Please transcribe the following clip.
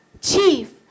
chief